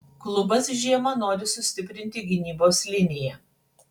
klubas žiemą nori sustiprinti gynybos liniją